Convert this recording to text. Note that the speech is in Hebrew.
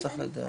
לצו העיקרי,